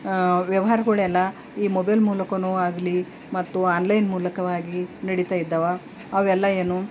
ವ್ಯವಹಾರಗಳೆಲ್ಲ ಈ ಮೊಬೈಲ್ ಮೂಲಕವೋ ಆಗಲಿ ಮತ್ತು ಆನ್ಲೈನ್ ಮೂಲಕವಾಗಿ ನಡೀತಾ ಇದ್ದಾವೆ ಅವೆಲ್ಲ ಏನು